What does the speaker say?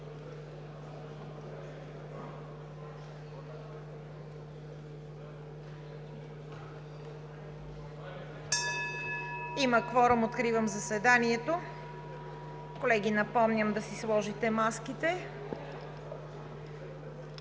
Има кворум. (Звъни.) Откривам заседанието. Колеги, напомням да си сложите маските.